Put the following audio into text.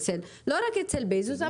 לא רק אצל בזוס,